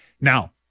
Now